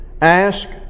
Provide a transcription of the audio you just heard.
Ask